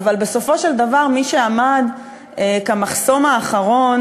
אבל בסופו של דבר מי שעמד כמחסום האחרון